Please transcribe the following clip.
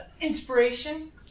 inspiration